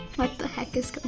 what the heck is going